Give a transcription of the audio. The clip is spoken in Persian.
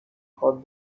خواد